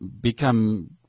become